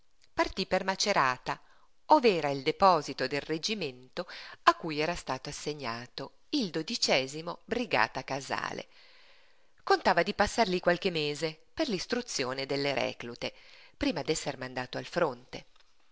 partí per macerata ov'era il deposito del reggimento a cui era stato assegnato il mo brigata casale contava di passar lí qualche mese per l'istruzione delle reclute prima d'esser mandato al fronte